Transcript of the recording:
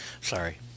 Sorry